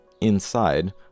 Inside